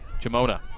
Jamona